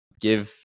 give